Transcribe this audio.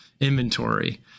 inventory